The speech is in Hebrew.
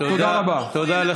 תודה רבה.